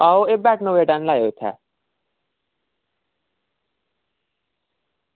आं एह् बेटनोवेट निं लायो इत्थें